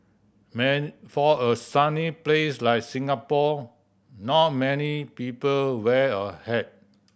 for a sunny place like Singapore not many people wear a hat